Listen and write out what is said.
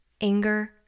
anger